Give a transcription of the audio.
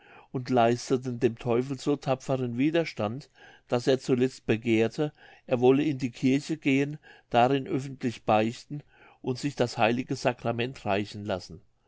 und leisteten dem teufel so tapferen widerstand daß er zuletzt begehrte er wolle in die kirche gehen darin öffentlich beichten und sich das heilige sacrament reichen lassen